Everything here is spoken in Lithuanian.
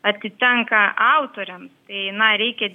atitenka autoriams tai na reikia